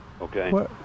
Okay